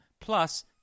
Plus